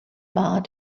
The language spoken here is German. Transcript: war